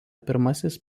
pirmasis